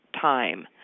time